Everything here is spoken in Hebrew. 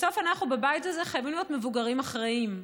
בסוף אנחנו בבית הזה חייבים להיות מבוגרים אחראים,